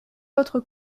autres